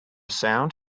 sound